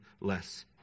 less